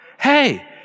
Hey